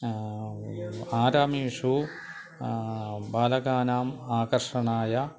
आरामेषु बालकानाम् आकर्षणाय